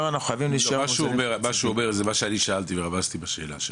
מה שהוא אומר זה מה שאני שאלתי ורמזתי בשאלה שלי.